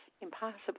Impossible